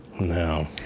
No